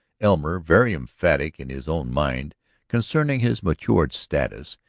elmer, very emphatic in his own mind concerning his matured status,